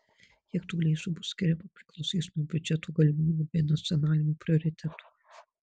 kiek tų lėšų bus skiriama priklausys nuo biudžeto galimybių bei nacionalinių prioritetų